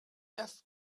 left